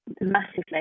Massively